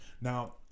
Now